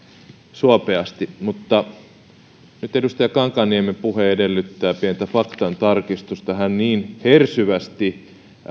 suopeasti mutta nyt edustaja kankaanniemen puhe edellyttää pientä faktantarkistusta hän niin hersyvästi